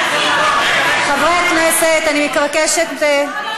חברי הכנסת, אני מבקשת, לא,